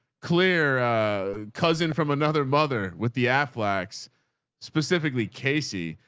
clear a cousin from another mother with the aflac specifically casey,